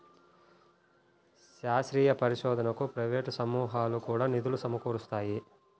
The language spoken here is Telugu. శాస్త్రీయ పరిశోధనకు ప్రైవేట్ సమూహాలు కూడా నిధులు సమకూరుస్తాయి